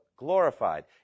glorified